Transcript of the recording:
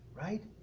right